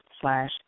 slash